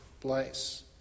place